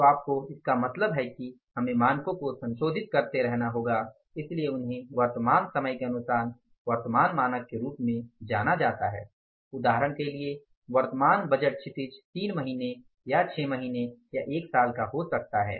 तो आपको इसका मतलब है कि हमें मानकों को संशोधित करते रहना होगा इसलिए उन्हें वर्तमान समय के अनुसार वर्तमान मानक के रूप में जाना जाता है उदाहरण के लिए वर्तमान बजट क्षितिज 3 महीने या 6 महीने या 1 साल का हो सकता है